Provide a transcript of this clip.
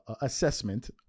assessment